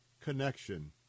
connection